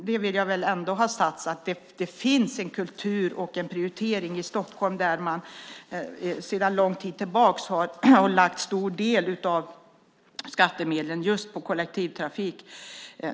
Det finns en kultur i Stockholm där men sedan lång tid tillbaka lägger en stor del av skattemedlen på just kollektivtrafik.